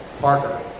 Parker